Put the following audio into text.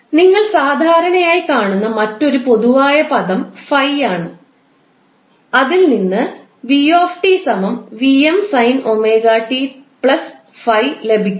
നിങ്ങൾ സാധാരണയായി കാണുന്ന മറ്റൊരു പൊതുവായ പദം ∅ ആണ് ആണ് അതിൽനിന്ന് 𝑣𝑡 𝑉𝑚 𝑠𝑖𝑛𝜔𝑡 ∅ ലഭിക്കുന്നു